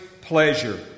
pleasure